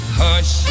hush